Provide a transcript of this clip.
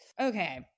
Okay